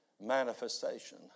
manifestation